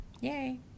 Yay